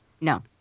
no